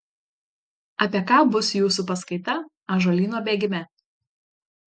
apie ką bus jūsų paskaita ąžuolyno bėgime